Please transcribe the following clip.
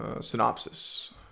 Synopsis